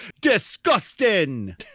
Disgusting